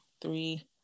three